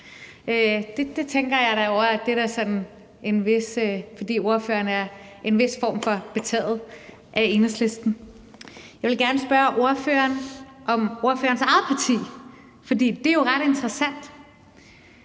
Det tænker jeg da er, fordi ordføreren er en vis form for betaget af Enhedslisten. Jeg vil gerne spørge ordføreren til ordførerens eget parti, for det er jo ret interessant.